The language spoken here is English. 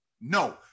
No